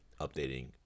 updating